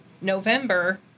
November